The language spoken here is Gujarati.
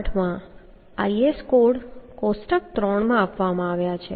8 માં IS કોડ કોષ્ટક 3 માં આપવામાં આવે છે